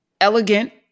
Elegant